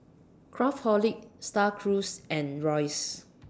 Craftholic STAR Cruise and Royce